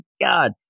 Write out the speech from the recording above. God